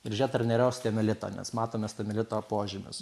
ir žiūrėt ar nėra osteomielito nes matom osteomielito požymius